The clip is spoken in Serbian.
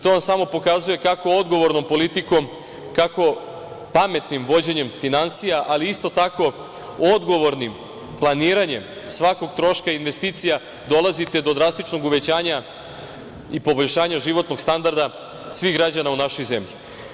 To vam samo pokazuje kako odgovornom politikom, kako pametnim vođenjem finansija, ali isto tako odgovornim planiranjem svakog troška, investicija dolazite do drastičnog uvećanja i poboljšanja životnog standarda svih građana u našoj zemlji.